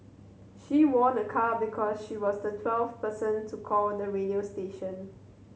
she won a car because she was the twelfth person to call the radio station